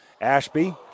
Ashby